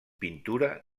pintura